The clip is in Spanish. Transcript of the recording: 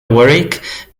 warwick